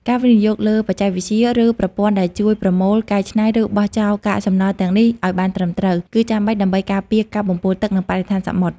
ការវិនិយោគលើបច្ចេកវិទ្យា ឬប្រព័ន្ធដែលជួយប្រមូល កែច្នៃ ឬបោះចោលកាកសំណល់ទាំងនេះឲ្យបានត្រឹមត្រូវ គឺចាំបាច់ដើម្បីការពារការបំពុលទឹក និងបរិស្ថានសមុទ្រ។